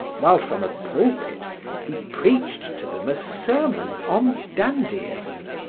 while from a pulpit he preached to them a sermon on dandyism,